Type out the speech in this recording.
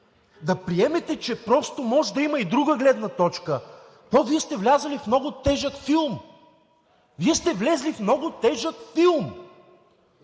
да приемете, че просто може да има и друга гледна точка, то Вие сте влезли в много тежък филм! Вие сте влезли в много тежък филм!